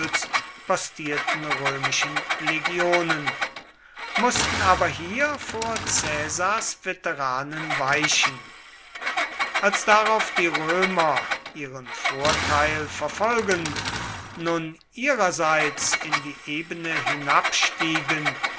postierten römischen legionen mußten aber hier vor caesars veteranen weichen als darauf die römer ihren vorteil verfolgend nun ihrerseits in die ebene hinabstiegen